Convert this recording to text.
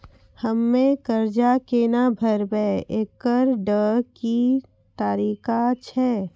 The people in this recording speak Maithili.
हम्मय कर्जा केना भरबै, एकरऽ की तरीका छै?